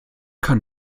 kann